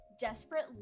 desperate